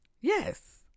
Yes